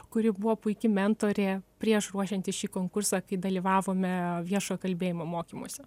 kuri buvo puiki mentorė prieš ruošiantis šį konkursą kai dalyvavome viešojo kalbėjimo mokymuose